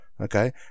Okay